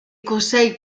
conseils